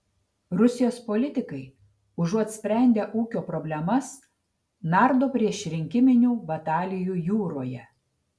rusijos politikai užuot sprendę ūkio problemas nardo priešrinkiminių batalijų jūroje